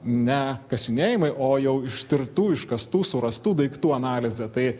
ne kasinėjimai o jau ištirtų iškastų surastų daiktų analizė tai